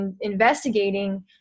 investigating